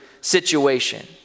situation